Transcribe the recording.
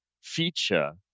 feature